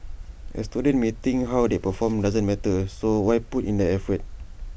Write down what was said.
A student may think how they perform doesn't matter so why put in the effort